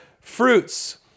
fruits